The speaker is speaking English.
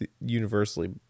universally